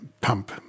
pump